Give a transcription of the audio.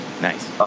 nice